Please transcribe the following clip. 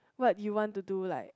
what you want to do like